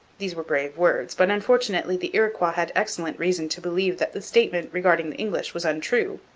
these were brave words, but unfortunately the iroquois had excellent reason to believe that the statement regarding the english was untrue,